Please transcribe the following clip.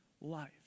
life